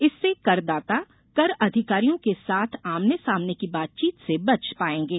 इससे कर दाता कर अधिकारियों के साथ आमने सामने की बातचीत से बच पाएंगे